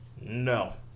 No